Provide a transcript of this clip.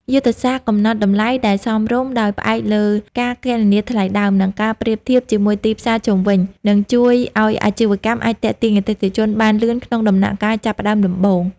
យុទ្ធសាស្ត្រកំណត់តម្លៃដែលសមរម្យដោយផ្អែកលើការគណនាថ្លៃដើម និងការប្រៀបធៀបជាមួយទីផ្សារជុំវិញ នឹងជួយឱ្យអាជីវកម្មអាចទាក់ទាញអតិថិជនបានលឿនក្នុងដំណាក់កាលចាប់ផ្ដើមដំបូង។